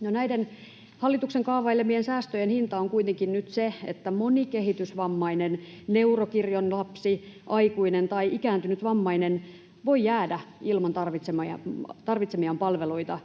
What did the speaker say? näiden hallituksen kaavailemien säästöjen hinta on kuitenkin nyt se, että moni kehitysvammainen, neurokirjon lapsi, aikuinen tai ikääntynyt vammainen voi jäädä ilman tarvitsemiaan palveluita.